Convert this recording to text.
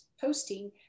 posting